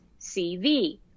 CV